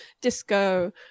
disco